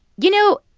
you know,